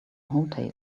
hotei